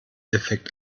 effekt